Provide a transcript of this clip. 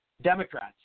Democrats